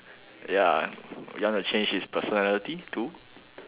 ya you want to change his personality to